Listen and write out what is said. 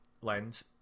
lens